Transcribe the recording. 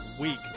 week